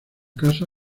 casa